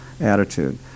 attitude